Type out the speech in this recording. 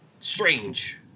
strange